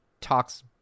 talks